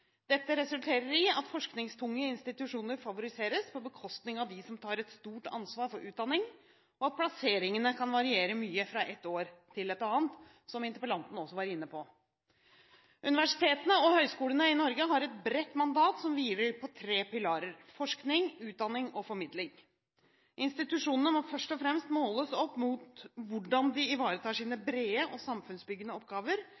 Dette resulterer i at forskningstunge institusjoner favoriseres på bekostning av dem som tar et stort ansvar for utdanning, og at plasseringene kan variere mye fra et år til et annet, som interpellanten også var inne på. Universitetene og høyskolene i Norge har et bredt mandat som hviler på tre pilarer: forskning, utdanning og formidling. Institusjonene må først og fremst måles opp mot hvordan de ivaretar sine brede og samfunnsbyggende oppgaver